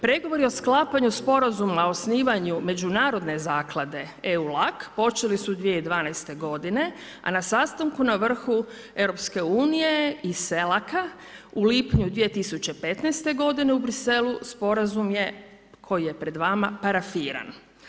Pregovori o sklapanju Sporazuma o osnivanju međunarodne zaklade EU-LAC počeli su 2012. godine a na sastanku na vrhu EU i CELAC-a u lipnju 2015. u Briselu sporazum je koji je pred vama parafiran.